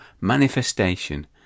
manifestation